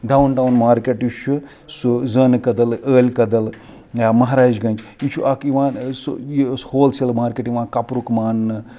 down town market یُس چھُ سُہ زٲنہٕ کدل عٲلۍ کدل یا مَہراج گَنٛج یہِ چھُ اَکھ یِوان سُہ یہِ اوس ہول سیل مارکیٹ یِوان کَپرُک ماننہٕ